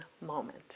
moment